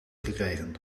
gekregen